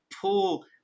pull